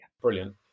Brilliant